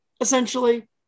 Essentially